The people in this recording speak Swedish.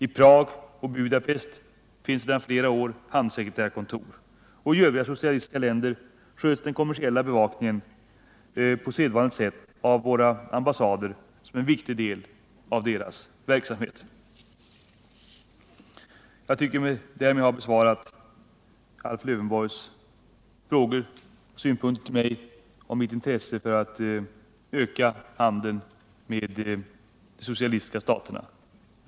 I Prag och Budapest finns sedan flera år handelssekreterarkontor, och i övriga socialistiska länder sköts den kommersiella bevakningen på sedvanligt sätt av våra ambassader som en viktig del av deras verksamhet. Jag tycker mig därmed ha besvarat Alf Lövenborgs frågor och bemött hans synpunkter beträffande mitt intresse för att öka handeln med de socialistiska staterna.